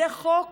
זה חוק